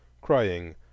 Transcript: crying